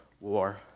war